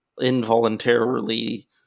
involuntarily